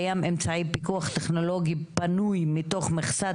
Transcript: קיים אמצעי פיקוח טכנולוגי פנוי מתוך מכסת